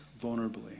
vulnerably